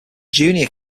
junior